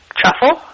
truffle